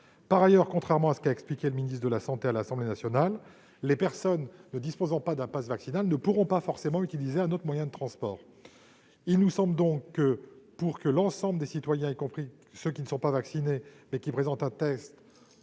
Par ailleurs, contrairement à ce qu'a expliqué le ministre de la santé à l'Assemblée nationale, les personnes ne disposant pas d'un passe vaccinal ne pourront pas forcément utiliser un autre moyen de transport. Aussi, pour que l'ensemble des citoyens, y compris ceux qui ne sont pas vaccinés, mais qui présentent un test